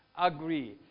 agree